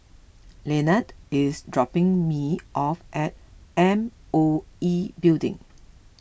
Lynette is dropping me off at M O E Building